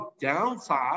downside